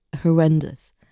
horrendous